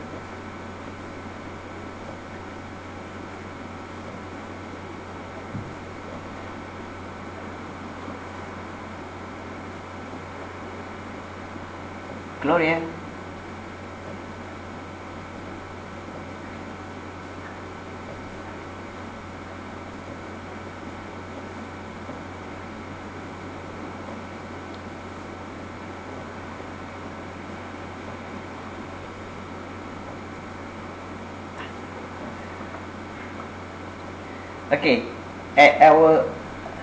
gloria okay at our